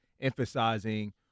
emphasizing